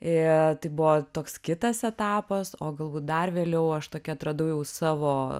ir tai buvo toks kitas etapas o galbūt dar vėliau aš tokį atradau jau savo